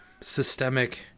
systemic